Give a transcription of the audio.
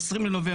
או 20 לנובמבר,